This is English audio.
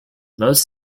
most